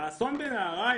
באסון בנהריים